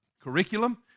curriculum